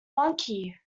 monkey